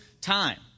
time